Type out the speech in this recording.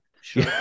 Sure